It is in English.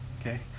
Okay